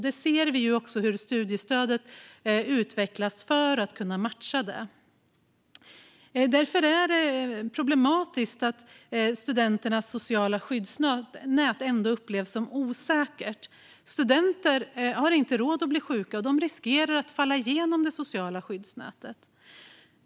Vi ser också hur studiestödet utvecklas för att matcha detta. Det är därför problematiskt att studenternas sociala skyddsnät upplevs som osäkert. Studenter har inte råd att bli sjuka, och de riskerar att falla igenom det sociala skyddsnätet.